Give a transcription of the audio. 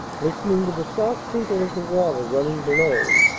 listening to the soft tinkle of the water running below,